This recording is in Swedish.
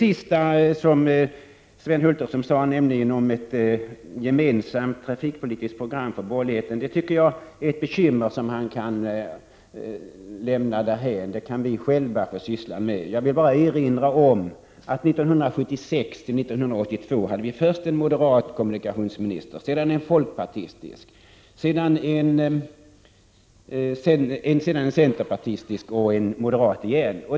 Det som Sven Hulterström sade om ett gemensamt trafikpolitiskt program för borgerligheten tycker jag är ett bekymmer som han kan lämna därhän. Det kan vi själva få syssla med. Jag vill bara erinra om att vi under tiden 1976—1982 först hade en moderat kommunikationsminister, sedan en folkpartistisk, därefter en centerpartistisk och till slut åter en moderat.